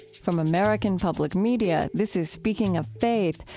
from american public media this is speaking of faith,